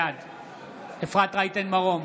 בעד אפרת רייטן מרום,